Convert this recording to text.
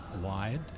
wide